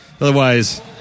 Otherwise